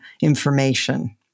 information